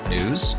News